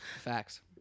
Facts